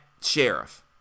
sheriff